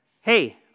Hey